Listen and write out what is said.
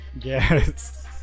Yes